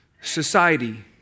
society